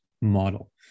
model